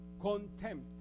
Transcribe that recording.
contempt